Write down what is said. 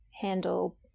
handle